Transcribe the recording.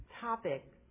topic